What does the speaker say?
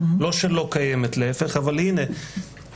לא שלא קיימת להיפך אבל הנה,